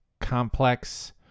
complex